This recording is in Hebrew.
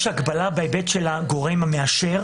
יש הגבלה בהיבט של הגורם המאשר